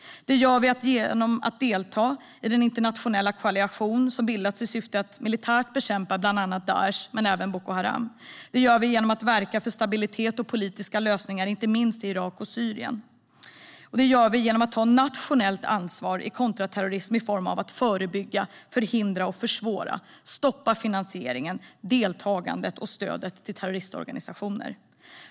Det gör vi genom att delta i den internationella koalition som bildats i syfte att militärt bekämpa Daish men även Boko Haram. Det gör vi genom att verka för stabilitet och politiska lösningar, inte minst i Irak och Syrien. Och det gör vi genom att ta nationellt ansvar för kontraterrorismen i form av att förebygga, förhindra och försvåra, stoppa finansieringen, deltagandet och stödet till terroristorganisationer.